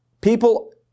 people